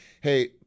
Hey